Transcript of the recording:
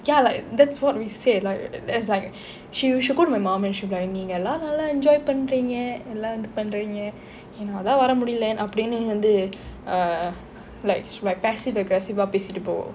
ya like that's what we say like there's like she she would go to my mum and she will be like நீங்கெல்லாம் நல்ல:neengellam nalla enjoy பண்றீங்க எல்லாம் இது பண்ணறீங்க என்னாலே வர முடியலே அப்படின்னு வந்து:panreenga ellam ithu pannreenga ennale vara mudiyale appadinnu vanthu err like like passive aggressive uh பேசிட்டு போவும்:pesittu povum